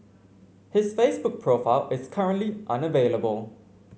his Facebook profile is currently unavailable